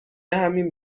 همین